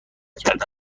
کردن